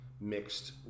mixed